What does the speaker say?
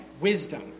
wisdom